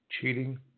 Cheating